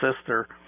sister